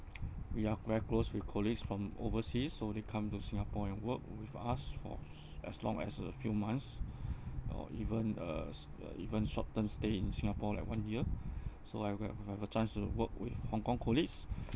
we are very close with colleagues from overseas so they come to singapore and work with us for so as long as a few months or even uh s uh even short term stay in singapore like one year so I have I have a chance to work with hong-kong colleagues